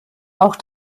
auch